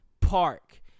park